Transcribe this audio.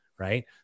Right